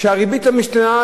שהריבית המשתנה,